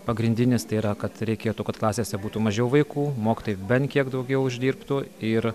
pagrindinės tai yra kad reikėtų kad klasėse būtų mažiau vaikų mokytojų bent kiek daugiau uždirbtų ir